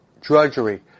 drudgery